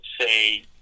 say